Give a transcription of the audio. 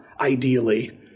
ideally